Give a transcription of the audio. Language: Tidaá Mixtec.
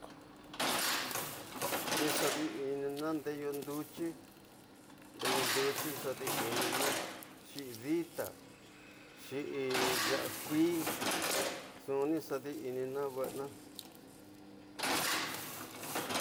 Pues ni xana in ndeyu tiyu te ni pues ni ka xadi ninu in dita ndida wixí ko nadi iyo ndida nin cema zadi in inyikana nwinu ni ni xana dita wixi ni xana nu in nka xadi ninu ntx yiintenye xa te kma xa ku vida ni knuu iyo tyiku tunu nxu xa in nka xadi ninu yatyi, dita wixi dita in ndeyu tiyí ni kusa xa nika xa'anu.